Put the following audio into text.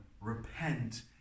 repent